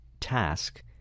task